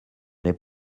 n’ai